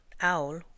owl